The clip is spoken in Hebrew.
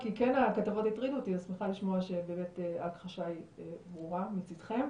הכתבות הטרידו אותי אז אני שמחה לשמוע שההכחשה היא ברורה מצידכם.